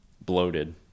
bloated